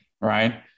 right